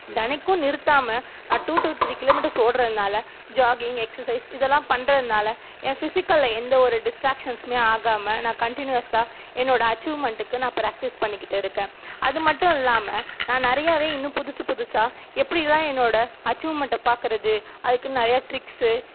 தினைக்கும் நிறுத்தாமல் நான் டூ டு த்ரீ கிலோமீட்டர்ஸ் ஓடுறதுனால ஜாகிங் எக்ஸசைஸ் இதெல்லாம் பண்றதுனால் என் ஃபிஸிக்கலில் எந்த ஒரு டிஸ்ட்ராக்ஷன்சுமே ஆகாமல் நான் கண்டினியூஸாக என்னோட அச்சீவ்மென்ட்டுக்கு நான் பிராக்டிஸ் பண்ணிக்கிட்டு இருக்கேன் அது மட்டும் இல்லாமல் நான் நிறையாவே இன்னும் புதுசு புதுசாக எப்படிலாம் என்னோடய அச்சீவ்மென்ட்டை பார்க்குறது அதுக்கு நிறைய ட்ரிக்ஸு